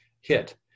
hit